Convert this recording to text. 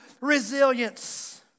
resilience